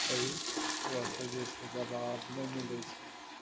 सही तरहसँ जे छै दवा अर नहि मिलय छै